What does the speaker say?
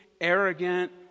arrogant